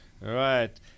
right